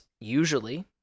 usually